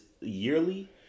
yearly